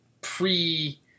pre